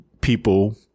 people